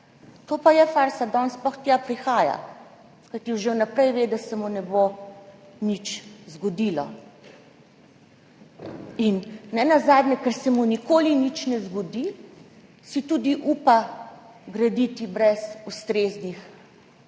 to pa je farsa, da on sploh tja prihaja, kajti že vnaprej ve, da se mu ne bo nič zgodilo. Nenazadnje, ker se mu nikoli nič ne zgodi, si tudi upa graditi brez ustreznih